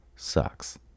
sucks